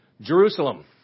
Jerusalem